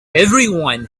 everyone